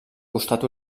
costat